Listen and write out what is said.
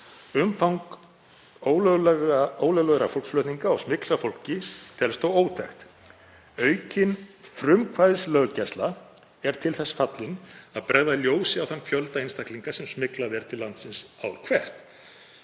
Umfang ólöglegra fólksflutninga og smygls á fólki telst þó óþekkt. Aukin frumkvæðislöggæsla er til þess fallin að bregða ljósi á þann fjölda einstaklinga sem smyglað er til landsins ár